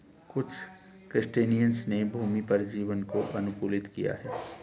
कुछ क्रस्टेशियंस ने भूमि पर जीवन को अनुकूलित किया है